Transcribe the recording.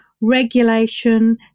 regulation